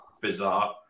bizarre